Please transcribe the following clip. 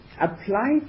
apply